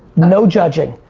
no judging,